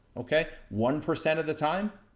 okay? one percent of the time,